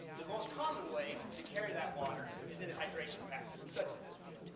the most common way to carry that water is in hydration patch such as this one.